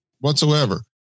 whatsoever